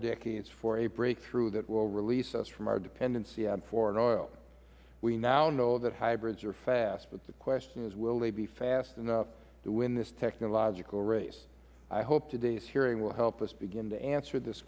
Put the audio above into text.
decades for a breakthrough that will release us from our dependency on foreign oil we now know that hybrids are fast the question is will they be fast enough to win this technological race i hope today's hearing will help us to begin to answer this